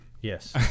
Yes